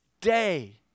day